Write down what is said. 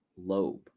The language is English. lobe